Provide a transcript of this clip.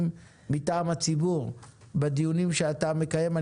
מטעם הציבור בדיונים שאתה מקיים רון.